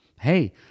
Hey